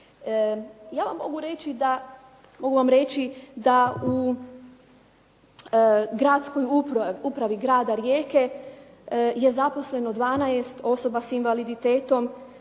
vam reći da u gradskoj upravi grada Rijeke je zaposleno 12 osoba sa invaliditetom,